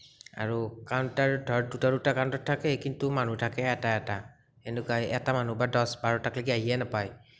আৰু কাউণ্টাৰ ধৰ দুটা দুটা কাউণ্টাৰ থাকে কিন্তু মানুহ থাকে এটা এটা এনেকুৱা এটা মানুহ দচ বাৰটালৈকে আহিয়েই নাপায়